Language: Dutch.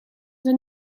zijn